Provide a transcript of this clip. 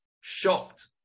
shocked